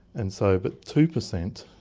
and so but two percent,